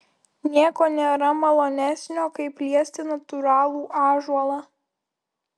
nieko nėra malonesnio kaip liesti natūralų ąžuolą